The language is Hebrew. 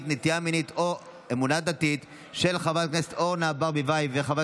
רבני יישוב ורבני